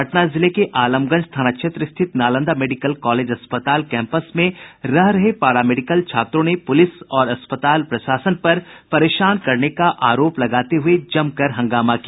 पटना जिले के आलमगंज थाना क्षेत्र स्थित नालंदा मेडिकल कॉलेज अस्पताल कैंपस में रह रहे पारा मेडिकल छात्रों ने पुलिस और अस्पताल प्रशासन पर परेशान करने का आरोप लगाते हुए जमकर हंगामा किया